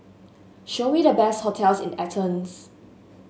show me the best hotels in Athens